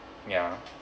ya